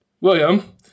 William